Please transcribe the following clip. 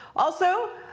also,